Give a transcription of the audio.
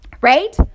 Right